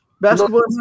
Basketball